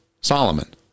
solomon